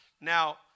Now